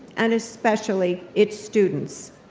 and especially its students.